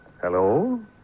Hello